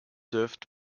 served